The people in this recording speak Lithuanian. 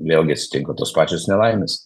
vėl gi atsitinko tos pačios nelaimės